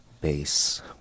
bass